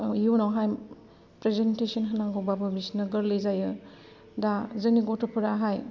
इयुनावहाय प्रेसेनटेसन होनांगौब्लाबो बिसोरनो गोरलै जायो दा जोंनि गथ'फोराहाय